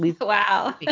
Wow